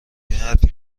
حرفی